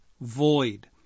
void